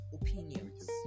opinions